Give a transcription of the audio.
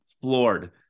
floored